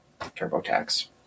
TurboTax